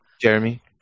Jeremy